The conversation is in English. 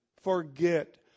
forget